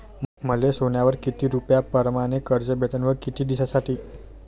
मले सोन्यावर किती रुपया परमाने कर्ज भेटन व किती दिसासाठी?